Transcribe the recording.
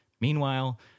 Meanwhile